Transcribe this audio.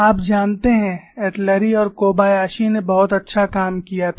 आप जानते हैं एटलुरी और कोबायाशी ने बहुत अच्छा काम किया था